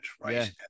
right